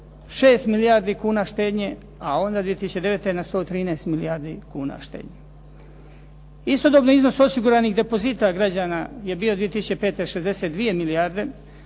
106 milijardi kuna štednje, a onda 2009. na 113 milijardi kuna štednje. Istodobni iznos osiguranih depozita građana je 2005. bio 62 milijarde,